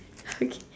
okay